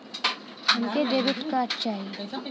हमके debit card चाही?